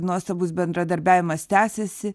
nuostabus bendradarbiavimas tęsiasi